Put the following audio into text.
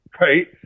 right